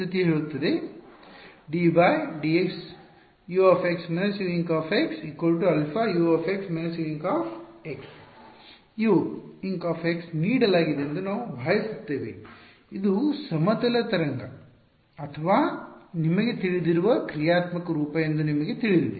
ddxU − Uinc α U − Uinc ನಮಗೆ Uinc ನೀಡಲಾಗಿದೆ ಎಂದು ನಾವು ಭಾವಿಸುತ್ತೇವೆ ಇದು ಸಮತಲ ತರಂಗ ಅಥವಾ ನಿಮಗೆ ತಿಳಿದಿರುವ ಕ್ರಿಯಾತ್ಮಕ ರೂಪ ಎಂದು ನಿಮಗೆ ತಿಳಿದಿದೆ